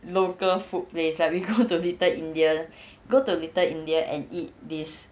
local food place like we go to little india go to little india and eat this